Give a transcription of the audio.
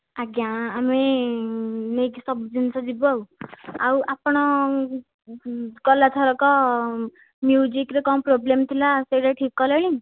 ଆଜ୍ଞା ଆମେ ନେଇକି ସବୁ ଜିନିଷ ଯିବୁ ଆଉ ଆଉ ଆପଣ ଗଲା ଥରକ ମ୍ୟୁଜିକ୍ରେ କ'ଣ ପ୍ରୋବ୍ଲେମ୍ ଥିଲା ସେଇଟା ଠିକ୍ କଲେଣି